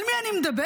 על מי אני מדברת?